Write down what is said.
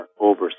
over